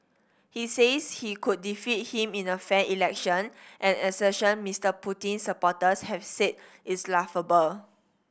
he says he could defeat him in a fair election an assertion Mister Putin's supporters have said is laughable